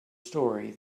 story